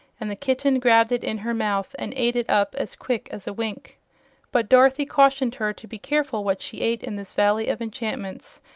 and the kitten grabbed it in her mouth and ate it up as quick as a wink but dorothy cautioned her to be careful what she ate in this valley of enchantments,